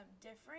Different